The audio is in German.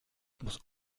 muss